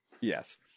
Yes